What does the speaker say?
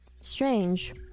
Strange